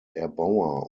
erbauer